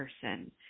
person